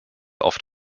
oft